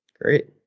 Great